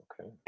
Okay